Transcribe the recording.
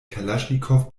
kalaschnikow